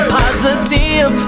positive